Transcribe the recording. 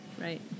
right